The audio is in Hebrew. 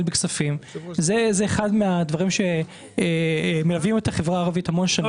בכספים זה אחד הדברים שמלווים את החברה הערבית המון שנים,